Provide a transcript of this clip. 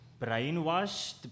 brainwashed